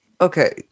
Okay